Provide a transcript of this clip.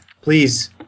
Please